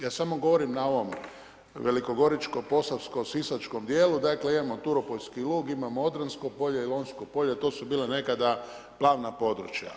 Ja samo govorim na ovom velikogoričko, posavsko, sisačkom dijelu, dakle imamo Turopoljski lug, imamo Odransko polje i Lonjsko polje, to su bile nekada planova područja.